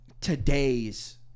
today's